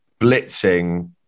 blitzing